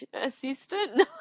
Assistant